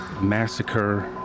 massacre